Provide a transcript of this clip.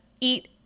eat